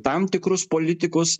tam tikrus politikus